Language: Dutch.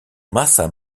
massa